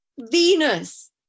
Venus